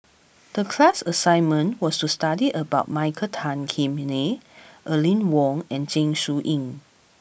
the class assignment was to study about Michael Tan Kim Nei Aline Wong and Zeng Shouyin